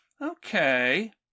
Okay